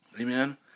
amen